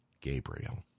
Gabriel